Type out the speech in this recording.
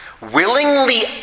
willingly